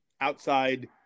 outside